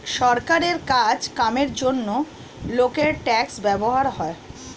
সরকারের কাজ কামের জন্যে লোকের ট্যাক্স ব্যবহার হয়